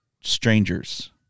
strangers